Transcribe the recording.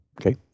Okay